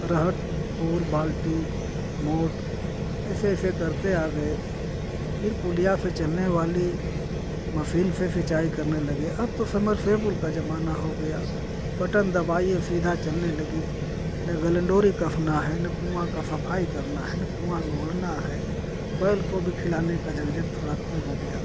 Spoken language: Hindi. अरहर पूर बाल्टी मोट ऐसे ऐसे करते आ गए फिर पुलिया से चलने वाली मसीन से सिंचाई करने लगे अब तो समरसेबुल का जमाना हो गया बटन दबाइए सीधा चलने लगी ना गलन डोरी कसना है ना कुआँ का सफाई करना है न कुआँ मोड़ना है बैल को भी खिलाने का झंझट थोड़ा कम हो गया